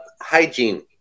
hygiene